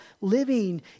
living